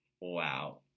Wow